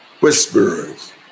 whisperers